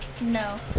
No